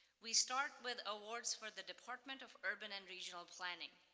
we start with awards for the department of urban and regional planning.